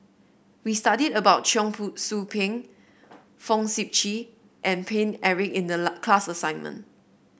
we studied about Cheong Soo Pieng Fong Sip Chee and Paine Eric in the class assignment